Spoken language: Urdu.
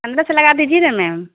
پندرہ سو لگا دیجیے نا میم